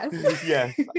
Yes